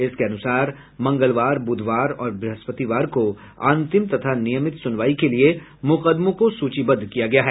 इसके अनुसार मंगलवार बुधवार और ब्रहस्पतिवार को अंतिम तथा नियमित सुनवाई के लिए मुकदमों को सूचीबद्ध किया गया है